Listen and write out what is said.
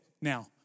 now